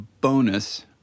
bonus